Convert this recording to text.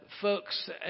folks